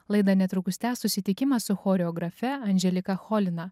laidą netrukus tęs susitikimas su choreografe andželika cholina